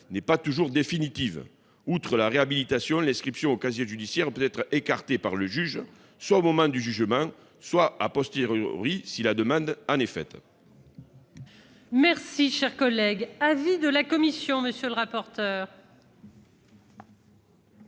n'est pas toujours définitive. Indépendamment de la réhabilitation, l'inscription au casier judiciaire peut être écartée par le juge, soit au moment du jugement, soit, si la demande lui en est faite.